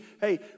Hey